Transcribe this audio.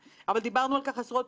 ברחוב של כל אחד מאיתנו,